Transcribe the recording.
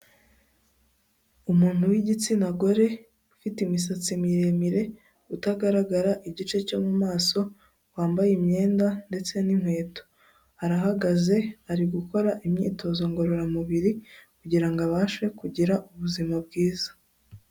Umuntu w'igitsina gore ufite imisatsi miremire utagaragara igice cyo mu mu maso, wambaye imyenda ndetse n'inkweto. Arahagaze, ari gukora imyitozo ngororamubiri kugirango abashe kugira ubuzima bwiza.